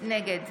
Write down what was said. נגד